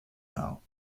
now